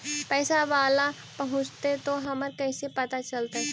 पैसा बाला पहूंचतै तौ हमरा कैसे पता चलतै?